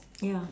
ya